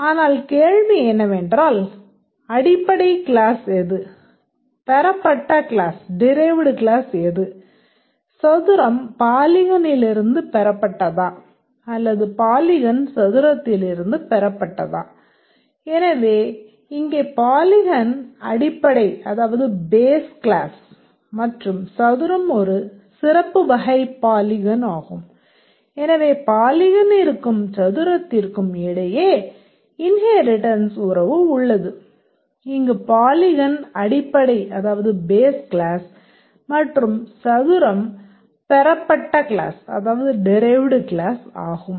ஆனால் கேள்வி என்னவென்றால் அடிப்படை கிளாஸ் ஆகும்